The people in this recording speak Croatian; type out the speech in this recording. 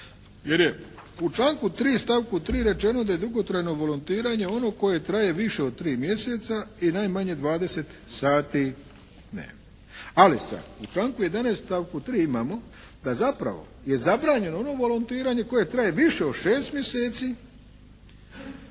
jer je u članku 3. stavku 3. rečeno da je dugotrajno volontiranje ono koje traje više od tri mjeseca i najmanje 20 sati dnevno. Ali sada u članku 11. stavku 3. imamo da zapravo je zabranjeno ono volontiranje koje traje više od šest mjeseci,